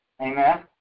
Amen